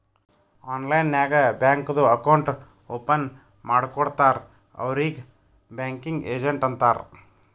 online ನಾಗ್ ಬ್ಯಾಂಕ್ದು account open ಮಾಡ್ಕೊಡ್ತಾರ್ ಅವ್ರಿಗ್ ಬ್ಯಾಂಕಿಂಗ್ ಏಜೆಂಟ್ ಅಂತಾರ್